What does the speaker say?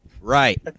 Right